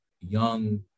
young